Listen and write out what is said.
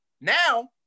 Now